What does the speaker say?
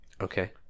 okay